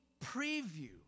preview